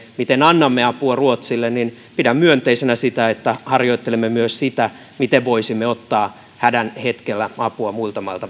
sitä miten annamme apua ruotsille pidän myönteisenä sitä että harjoittelemme myös sitä miten voisimme ottaa hädän hetkellä apua muilta mailta